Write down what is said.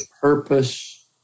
purpose